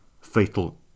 Fatal